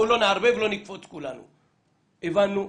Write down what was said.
הבנו.